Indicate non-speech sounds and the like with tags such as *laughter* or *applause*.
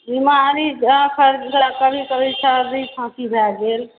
बीमारी *unintelligible* कभी सर्दी खाँसी भै गॆल